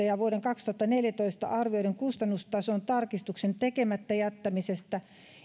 ja vuoden kaksituhattaneljätoista arvioidun kustannustason tarkistuksen tekemättä jättämisestä